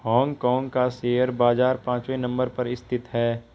Hong Kong का share बाजार पांचवे नम्बर पर स्थित है